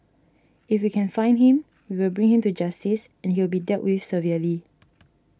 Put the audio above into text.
if we can find him we will bring him to justice and you will be dealt with severely